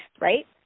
right